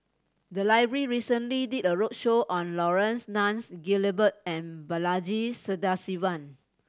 the library recently did a roadshow on Laurence Nunns Guillemard and Balaji Sadasivan